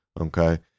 Okay